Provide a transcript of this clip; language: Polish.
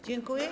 Dziękuję.